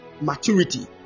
maturity